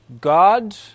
God